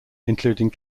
including